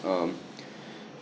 um